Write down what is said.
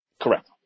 Correct